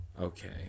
Okay